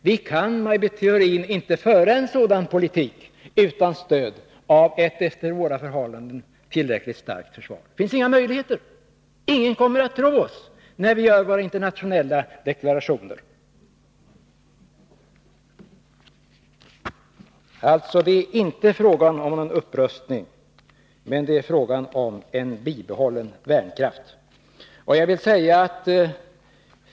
Vi kan, Maj Britt Theorin, inte föra en sådan politik utan stöd av ett efter våra förhållanden tillräckligt starkt försvar — det finns inga möjligheter. Ingen kommer att tro oss när vi gör våra internationella deklarationer. Det är inte fråga om någon upprustning, det är fråga om en bibehållen värnkraft.